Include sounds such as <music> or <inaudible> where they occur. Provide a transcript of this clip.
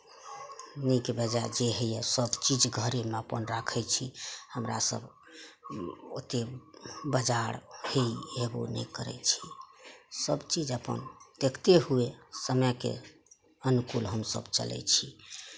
नीक बेजाय जे होइए सभ चीज घरेमे अपन राखै छी हमरा सभ ओतेक बाजार <unintelligible> अयबो नहि करै छी सभचीज अपन देखते हुए समयके अनुकूल हमसभ चलै छी